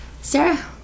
Sarah